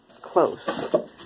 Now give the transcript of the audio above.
close